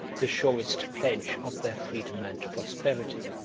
the surest pledge of their freedom and prosperity.